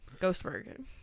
Ghostberg